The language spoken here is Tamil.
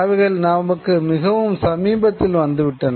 அவைகள் நமக்கு மிகவும் சமீபத்தில் வந்துவிட்டன